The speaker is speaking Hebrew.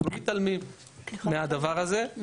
אנחנו לא מתעלמים מהדבר הזה.